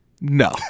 No